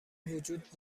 وجود